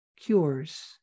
cures